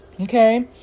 Okay